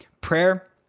prayer